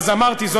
אז אמרתי,